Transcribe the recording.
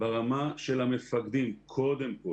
ברמה של המפקדים קודם כל.